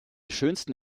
schönsten